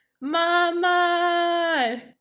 Mama